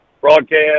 broadcast